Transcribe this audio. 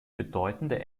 bedeutende